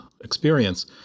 experience